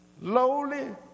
lowly